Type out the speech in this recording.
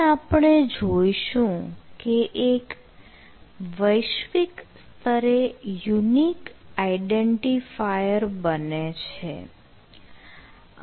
અહીં આપણે જોઇશું કે એક વૈશ્વિક સ્તરે યુનિક આઇડેન્ટીફાયર બને છે